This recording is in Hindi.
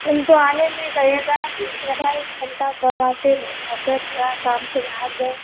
उनको आने में लगेगा आधा एक घंटा कमाते नहीं हैं अब क्या थोड़ा काम से बाहर गए हैं